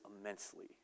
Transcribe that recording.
immensely